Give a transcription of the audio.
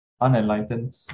unenlightened